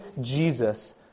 Jesus